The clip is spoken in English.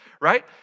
right